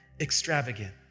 extravagant